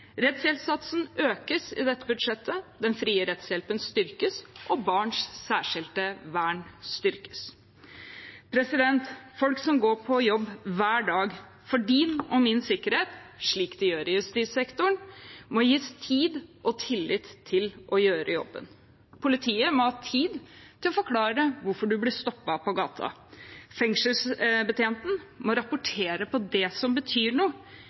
økes i dette budsjettet, den frie rettshjelpen styrkes, og barns særskilte vern styrkes. Folk som går på jobb hver dag for din og min sikkerhet, slik de gjør i justissektoren, må gis tid og tillit til å gjøre jobben. Politiet må ha tid til å forklare hvorfor man ble stoppet på gata. Fengselsbetjenten må rapportere på det som betyr noe,